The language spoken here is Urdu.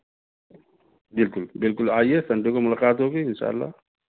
بالکل بالکل آئیے سنڈے کو ملاقات ہوگی اِنشاء اللہ